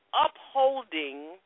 upholding